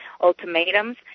ultimatums